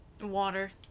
Water